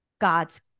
God's